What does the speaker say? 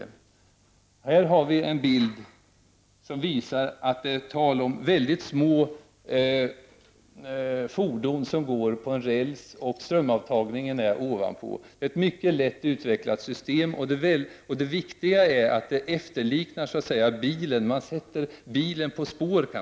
Vi ser alltså en bild som visar att det är fråga om mycket små fordon som går på räls. Strömavtagningen sker ovanför. Det är ett mycket enkelt, utvecklat system. Det viktiga är att bilen så att säga efterliknas. Man kan säga att bilen sätts på spår.